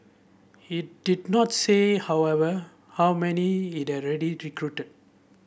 it did not say however how many it had already recruited